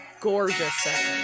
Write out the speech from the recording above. Gorgeous